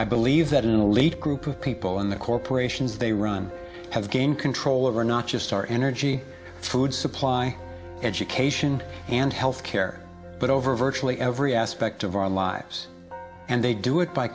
i believe that an elite group of people in the corporations they run has gain control over not just our energy food supply education and health care but over virtually every aspect of our lives and they do it by